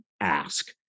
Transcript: ask